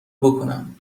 بکنم